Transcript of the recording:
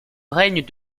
règne